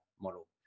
model